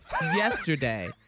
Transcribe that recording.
yesterday